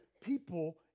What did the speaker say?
people